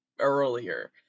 earlier